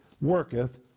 worketh